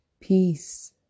Peace